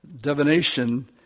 divination